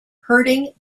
herding